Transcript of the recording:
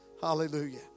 Hallelujah